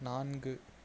நான்கு